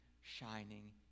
shining